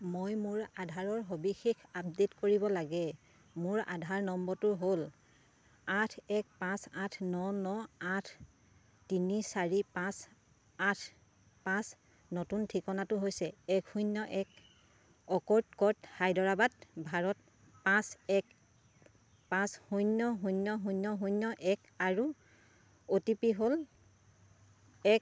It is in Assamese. মই মোৰ আধাৰৰ সবিশেষ আপডে'ট কৰিব লাগে মোৰ আধাৰ নম্বৰটো হ'ল আঠ এক পাঁচ আঠ ন ন আঠ তিনি চাৰি পাঁচ আঠ পাঁচ নতুন ঠিকনাটো হৈছে এক শূন্য এক অ'কউড কৰ্ট হায়দৰাবাদ ভাৰত পাঁচ এক পাঁচ শূন্য শূন্য শূন্য শূন্য এক আৰু অ' টি পি হ'ল এক